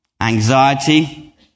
Anxiety